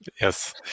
Yes